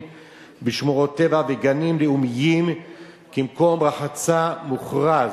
בשמורות טבע וגנים לאומיים כמקום רחצה מוכרז.